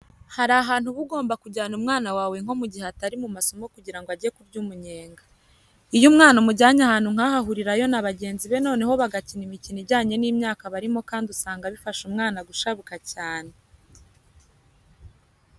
Hari ahantu uba ugomba kujyana umwana wawe nko mu gihe atari mu masomo kugira ngo ajye kurya umunyenga. Iyo umwana umujyanye ahantu nk'aha ahurirayo n'abana bagenzi be noneho bagakina imikino ijyanye n'imyaka barimo kandi usanga bifasha umwana gushabuka cyane.